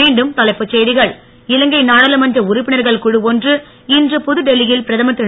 மீண்டும் தலைப்புச் செய்திகள் இலங்கை நாடாளுமன்ற உறுப்பினர்கள் குழு ஒன்று இன்று புதுடெல்லியில் பிரதமர் திரு